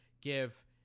give